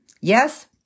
Yes